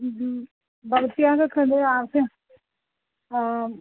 भवत्याः कृते